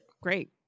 Great